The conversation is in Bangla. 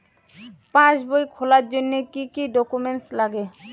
পাসবই খোলার জন্য কি কি ডকুমেন্টস লাগে?